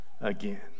again